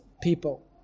people